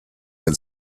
then